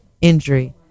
injury